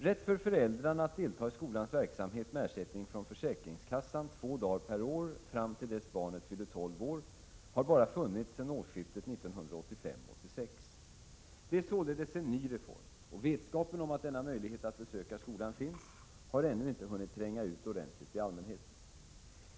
Rätt för föräldrarna att delta i skolans verksamhet med ersättning från försäkringskassan två dagar per år fram till dess barnet fyller tolv år har endast funnits sedan årsskiftet 1985-1986. Det är således en ny reform, och vetskapen om att denna möjlighet att besöka skolan finns, har ännu inte hunnit tränga ut ordentligt till allmänheten.